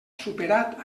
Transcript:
superat